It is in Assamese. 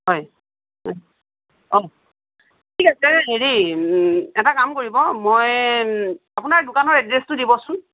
হয় অঁ ঠিক আছে হেৰি এটা কাম কৰিব মই আপোনাৰ দোকানৰ এড্ৰেছটো দিবচোন